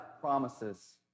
promises